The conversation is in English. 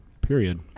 Period